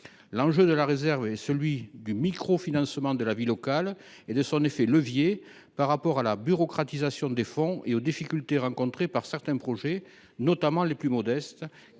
L’enjeu de la réserve est celui du microfinancement de la vie locale et de son effet levier, qui est à mettre en regard de la bureaucratisation des fonds et des difficultés rencontrées par certains projets, notamment les plus modestes,